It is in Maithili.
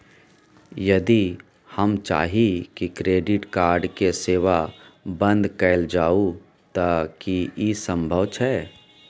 यदि हम चाही की क्रेडिट कार्ड के सेवा बंद कैल जाऊ त की इ संभव छै?